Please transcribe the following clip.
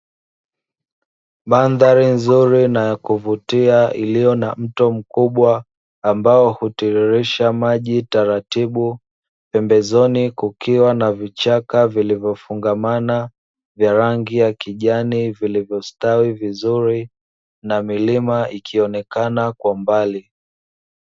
Mandhari nzuri na ya kuvutia, iliyo na mto mkubwa ambao hutiririsha maji taratibu, pembezoni kukiwa na vichaka vilivyofungamana vya rangi ya kijani, vilivyostawi vizuri; na milima ikionekana kwa mbali.